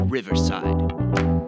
Riverside